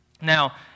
Now